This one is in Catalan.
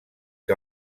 que